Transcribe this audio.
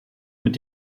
mit